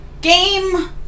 game